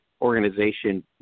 organization